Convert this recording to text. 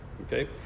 Okay